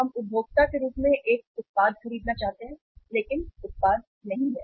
हम उपभोक्ता के रूप में एक उत्पाद खरीदना चाहते हैं लेकिन उत्पाद नहीं है